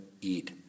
eat